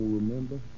remember